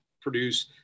produce